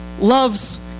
loves